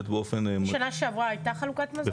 שנה שעברה הייתה חלוקת מזון?